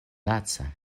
laca